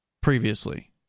previously